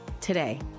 today